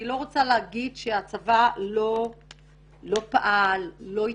אני לא רוצה להגיד שבצבא לא פעל ולא התייחס.